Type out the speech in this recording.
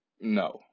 no